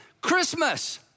Christmas